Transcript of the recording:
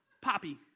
Poppy